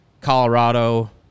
Colorado